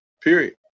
period